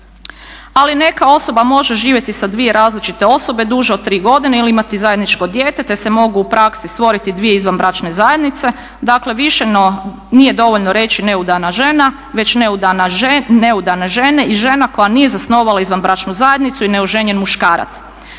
ali neka osoba može živjeti sa dvije različite osobe duže od tri godine ili imati zajedničko dijete, te se mogu u praksi stvoriti dvije izvanbračne zajednice. Dakle, više nije dovoljno reći neudana žena, već neudane žene i žena koja nije zasnovala izvanbračnu zajednicu i neoženjen muškarac.